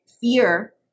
fear